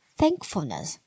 thankfulness